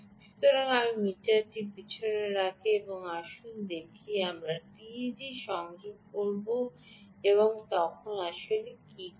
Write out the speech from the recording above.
সুতরাং আমি মিটারটি পিছনে রাখি এবং আসুন দেখি যে আমি এখানে টিইজি সংযোগ করব তখন আসলে কী ঘটে